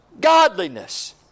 godliness